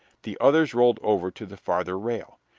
the others rolled over to the farther rail.